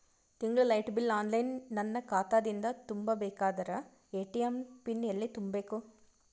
ತಿಂಗಳ light bill online ನನ್ನ ಖಾತಾ ದಿಂದ ತುಂಬಾ ಬೇಕಾದರ ಎ.ಟಿ.ಎಂ ಪಿನ್ ಎಲ್ಲಿ ತುಂಬೇಕ?